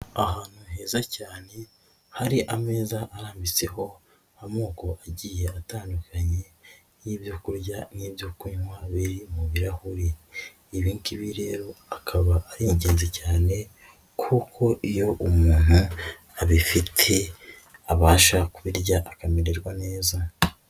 Ahantu heza cyane hari ameza arambitseho amoko agiye atandukanye y'ibyo kurya n'ibyo kunywa biri mu birahuri, ibi ngibi rero akaba ari ingenzi cyane, kuko iyo umuntu abifite abasha kubirya akamererwa neza.